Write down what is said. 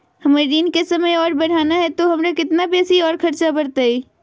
हमर ऋण के समय और बढ़ाना है तो हमरा कितना बेसी और खर्चा बड़तैय?